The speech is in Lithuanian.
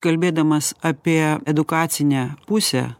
kalbėdamas apie edukacinę pusę